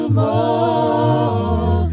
more